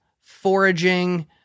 foraging